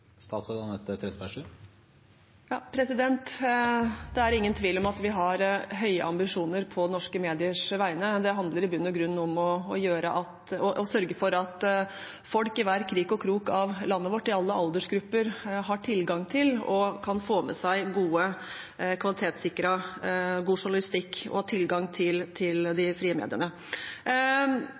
Det er ingen tvil om at vi har høye ambisjoner på norske mediers vegne. Det handler i bunn og grunn om å sørge for at folk i alle aldersgrupper, i hver krik og krok av landet vårt, har tilgang til og kan få med seg kvalitetssikret, god journalistikk og ha tilgang til de frie mediene.